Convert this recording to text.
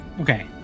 Okay